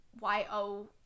Y-O